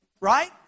right